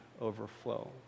overflow